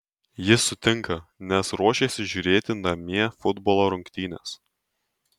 jis sutinka nes ruošiasi žiūrėti namie futbolo rungtynes